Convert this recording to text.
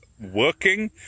working